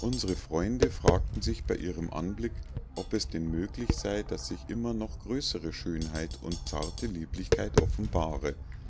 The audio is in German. illustration elfenerscheinung unsre freunde fragten sich bei ihrem anblick ob es denn möglich sei daß sich immer noch größere schönheit und zartere lieblichkeit offenbare